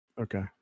okay